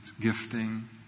gifting